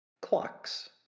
Clocks